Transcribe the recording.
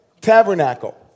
tabernacle